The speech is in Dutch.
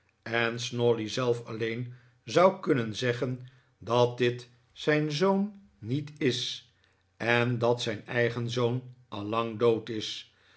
en snawley zelf alleen zou kunnen zeggen dat dit zijn zoon niet is en dat zijn eigen zoon al lang dood is